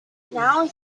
now